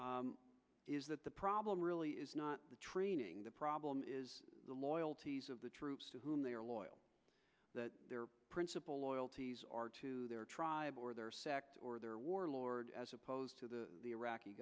is that the problem really is not the training the problem is the loyalties of the troops to whom they are loyal that their principal loyalties are to their tribe or their sect or their warlord as opposed to the iraqi